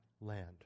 land